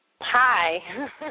Hi